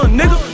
nigga